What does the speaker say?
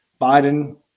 Biden